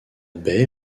baie